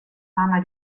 fama